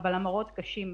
אבל המראות קשים.